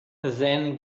then